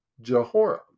Jehoram